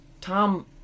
Tom